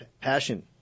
passion